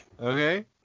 Okay